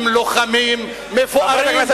הם לוחמים מפוארים,